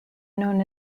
known